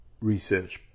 research